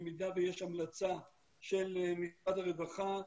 במידה שיש המלצה של משרד הרווחה,